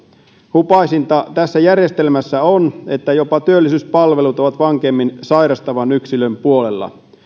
hupaisinta tässä järjestelmässä on että jopa työllisyyspalvelut ovat vankemmin sairastavan yksilön puolella